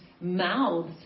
mouths